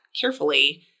carefully